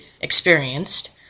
experienced